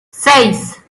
seis